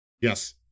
yes